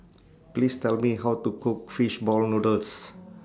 Please Tell Me How to Cook Fish Ball Noodles